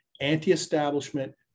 anti-establishment